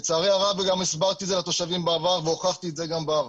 וגם הסברתי את זה לתושבים בעבר והוכחתי את זה גם בעבר,